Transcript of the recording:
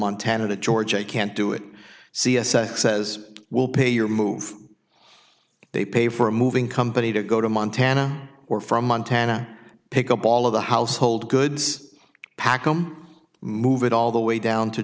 montana to georgia i can't do it says will pay your move they pay for a moving company to go to montana or from montana pick up all of the household goods pack him move it all the way down to